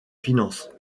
finances